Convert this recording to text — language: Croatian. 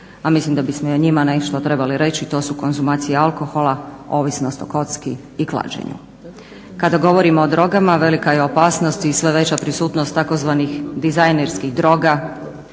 a mislim da bismo i o njima nešto trebali reći. To su konzumacije alkohola, ovisnost o kocki i klađenju. Kada govorimo o drogama velika je opasnost i sve veća prisutnost tzv. dizajnerskih droga